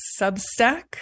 Substack